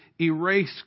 erase